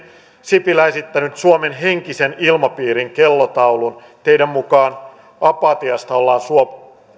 sipilä esittänyt suomen henkisen ilmapiirin kellotaulun teidän mukaanne apatiasta ollaan